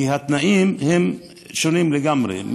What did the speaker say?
כי התנאים שונים לגמרי.